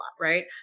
right